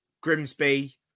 Grimsby